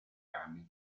anni